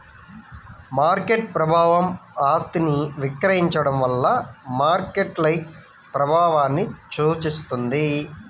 market ప్రభావం ఆస్తిని విక్రయించడం వల్ల మార్కెట్పై ప్రభావాన్ని సూచిస్తుంది